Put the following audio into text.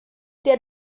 der